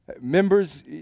Members